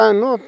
¿no